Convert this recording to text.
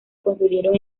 construyeron